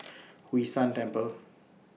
Hwee San Temple